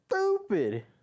Stupid